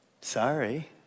Sorry